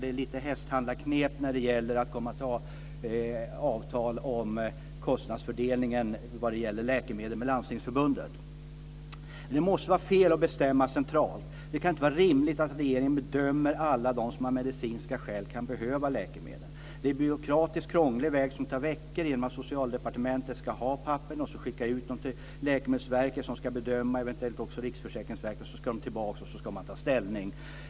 Det är lite hästhandlarknep när det gäller att komma fram till avtal om kostnadsfördelningen vad gäller läkemedel med Landstingsförbundet. Men det måste vara fel att bestämma centralt. Det kan inte vara rimligt att regeringen bedömer alla dem som av medicinska skäl kan behöva läkemedlen. Det är en byråkratisk krånglig väg. Det tar veckor innan Socialdepartementet får papperen som ska skickas till Läkemedelsverket som ska göra en bedömning liksom eventuellt Riksförsäkringsverket. Därefter ska papperen skickas tillbaks, och sedan ska man ta ställning.